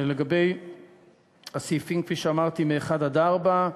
לגבי הסעיפים, כפי שאמרתי, מ-1 עד 4,